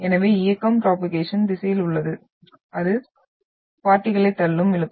எனவே இயக்கம் ப்ரோபோகேஷன் திசையில் உள்ளது அது பார்ட்டிகளை தள்ளி இழுக்கும்